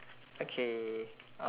okay uh